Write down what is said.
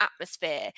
atmosphere